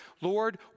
Lord